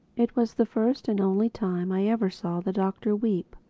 it was the first and only time i ever saw the doctor weep.